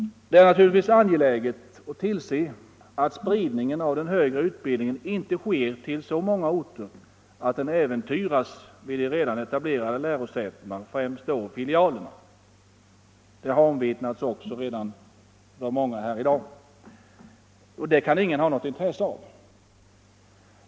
Det är naturligtvis angeläget att tillse att spridningen av den högre utbildningen inte sker till så många orter att utbildningen äventyras vid de redan etablerade lärosätena, främst då filialerna. Det kan ingen ha något intresse av. Detta har också redan omvittnats av många här i dag.